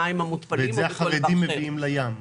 ואת זה החרדים מביאים לים?